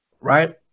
right